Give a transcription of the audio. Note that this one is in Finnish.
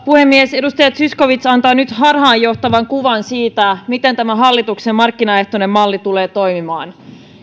puhemies edustaja zyskowicz antaa nyt harhaanjohtavan kuvan siitä miten tämä hallituksen markkinaehtoinen malli tulee toimimaan